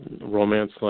Romance